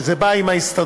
שזה בא עם ההסתדרות,